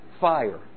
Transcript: fire